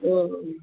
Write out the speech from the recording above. और